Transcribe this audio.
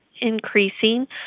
increasing